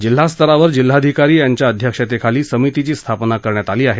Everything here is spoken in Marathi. जिल्हास्तरावर जिल्हाधिकारी यांच्या अध्यक्षतेखाली समितीची स्थापना करण्यात आली आहे